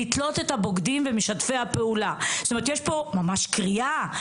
לתלות את הבוגדים ומשתפי הפעולה'." כלומר יש פה ממש קריאה.